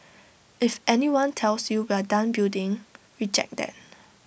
if anyone tells you we're done building reject that